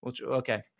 Okay